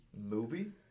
movie